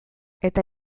eta